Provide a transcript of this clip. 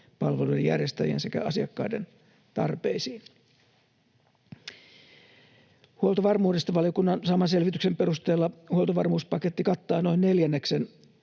palveluiden järjestäjien sekä asiakkaiden tarpeisiin. Huoltovarmuudesta valiokunnan saaman selvityksen perusteella huoltovarmuuspaketti kattaa noin neljänneksen